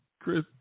Chris